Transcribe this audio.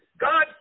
God